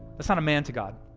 that's not a man to god.